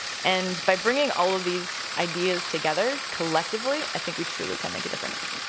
and by bringing all of these ideas together, collectively, i think we truly can make a difference.